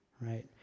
Right